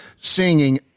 singing